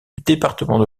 département